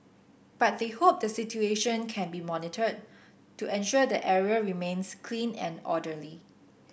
but they hope the situation can be monitored to ensure the area remains clean and orderly